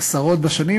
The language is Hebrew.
עשרות בשנים,